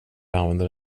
använder